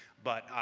but,